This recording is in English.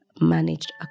managed